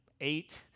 eight